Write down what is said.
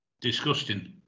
Disgusting